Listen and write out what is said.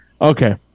Okay